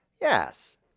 Yes